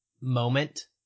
moment